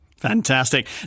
Fantastic